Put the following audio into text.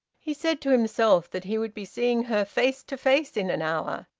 he said to himself that he would be seeing her face to face in an hour,